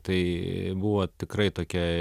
tai buvo tikrai tokia